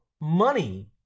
money